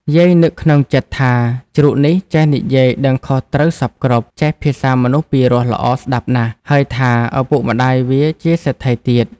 យាយនឹកក្នុងចិត្ដថា ជ្រូកនេះចេះនិយាយដឹងខុសត្រូវសព្វគ្រប់ ចេះភាសាមនុស្សពីរោះល្អស្ដាប់ណាស់ ហើយថា ឪពុកមា្ដយវាជាសេដ្ឋីទៀត។